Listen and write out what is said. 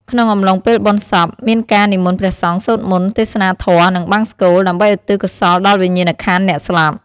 ក្នុងអំឡុងពេលបុណ្យសព មានការនិមន្តព្រះសង្ឃសូត្រមន្ត ទេសនាធម៌ និងបង្សុកូល ដើម្បីឧទ្ទិសកុសលដល់វិញ្ញាណក្ខន្ធអ្នកស្លាប់។